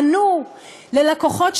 ענו ללקוחות,